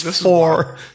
four